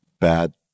Bad